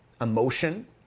emotion